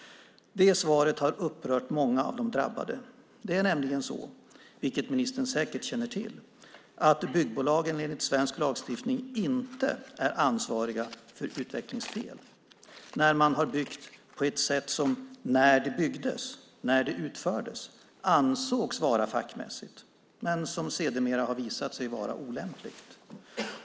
Det svaret har upprört många av de drabbade. Det är nämligen så, vilket ministern säkert känner till, att byggbolagen enligt svensk lagstiftning inte är ansvariga för utvecklingsfel när man har byggt på ett sätt som när det byggdes, när det utfördes, ansågs vara fackmässigt, men som sedermera har visat sig vara olämpligt.